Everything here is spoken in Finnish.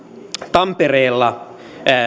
tampereella